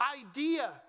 idea